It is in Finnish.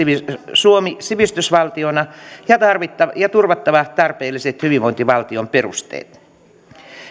suomi sivistysvaltiona ja turvattava tarpeelliset hyvinvointivaltion perusteet